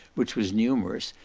which was numerous,